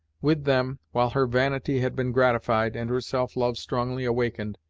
with them, while her vanity had been gratified, and her self-love strongly awakened,